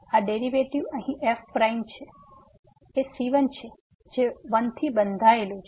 હવે આ ડેરિવેટિવ અહીં f પ્રાઇમ c1 છે જે 1 થી બંધાયેલું છે